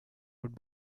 would